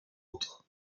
autres